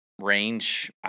range